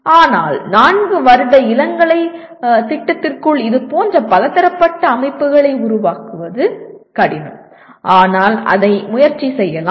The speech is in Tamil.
ஆனால் 4 வருட இளங்கலை திட்டத்திற்குள் இதுபோன்ற பலதரப்பட்ட அமைப்புகளை உருவாக்குவது கடினம் ஆனால் அதை முயற்சி செய்யலாம்